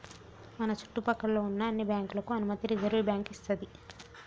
మన చుట్టు పక్కల్లో ఉన్న అన్ని బ్యాంకులకు అనుమతి రిజర్వుబ్యాంకు ఇస్తది